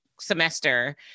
semester